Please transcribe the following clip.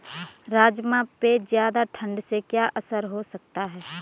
राजमा पे ज़्यादा ठण्ड से क्या असर हो सकता है?